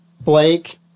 Blake